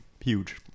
Huge